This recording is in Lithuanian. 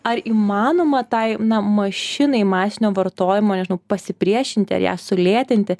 ar įmanoma tai na mašinai masinio vartojimo nežinau pasipriešinti ar ją sulėtinti